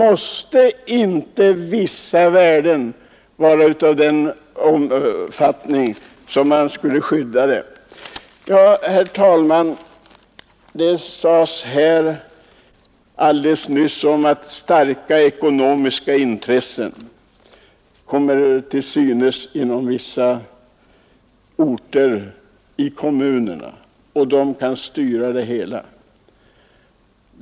Är inte vissa värden av sådan omfattning att de måste skyddas? Herr talman! Det sades alldeles nyss att starka ekonmiska intressen kommer till synes inom vissa orter och att de kan styra utvecklingen i kommunerna.